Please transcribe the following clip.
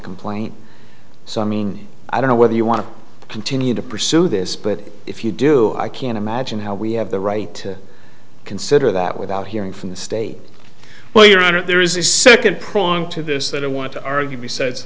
complaint so i mean i don't know whether you want to continue to pursue this but if you do i can't imagine how we have the right to consider that without hearing from the state well your honor there is a second prong to this that i want to argue besides